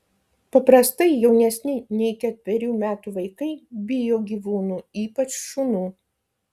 paprastai jaunesni nei ketverių metų vaikai bijo gyvūnų ypač šunų